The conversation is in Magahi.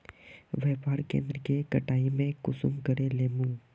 व्यापार केन्द्र के कटाई में कुंसम करे लेमु?